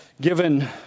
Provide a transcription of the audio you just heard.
given